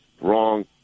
wrong